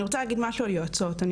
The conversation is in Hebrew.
אני רוצה להגיד משהו על יועצות,